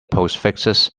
postfixes